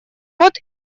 рот